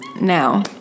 Now